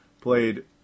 played